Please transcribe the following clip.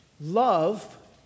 Love